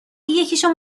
یکیشون